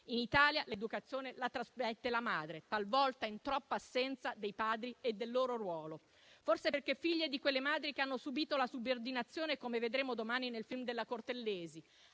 In Italia l'educazione la trasmette la madre, talvolta per troppa assenza dei padri e del loro ruolo, forse perché figlie di quelle madri che hanno subito la subordinazione - come vedremo domani nel film della Cortellesi